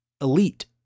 elite